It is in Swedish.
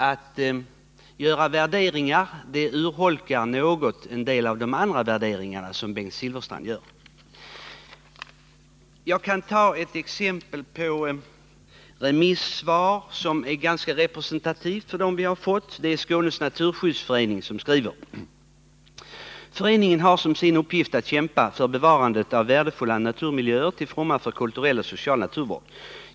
Att göra värderingar på detta sätt urholkar en del av de andra värderingar som Bengt Silfverstrand gör. Jag kan ta ett exempel på remissvar som är ganska representativt för de svar vi har fått. Skånes naturskyddsförening skriver följande: ”Föreningen har som sin uppgift att kämpa för bevarandet av värdefulla naturmiljöer till fromma för kulturell och social naturvård.